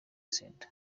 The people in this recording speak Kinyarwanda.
center